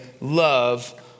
love